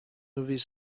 movies